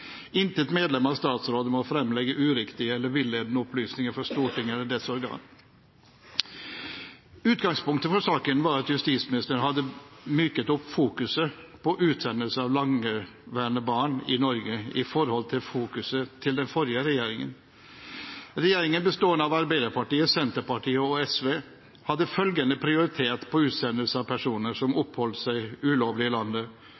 Intet medlem av statsrådet må fremlegge uriktige eller villedende opplysninger for Stortinget eller dets organer.» Utgangspunktet for saken var at justisministeren hadde myket opp fokuset på utsendelse av lengeværende barn i Norge i forhold til fokuset til den forrige regjeringen. Regjeringen, bestående av Arbeiderpartiet, Senterpartiet og SV, hadde følgende prioritet på utsendelse av personer som oppholder seg ulovlig i landet.